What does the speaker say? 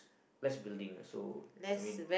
less building also I mean